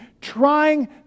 trying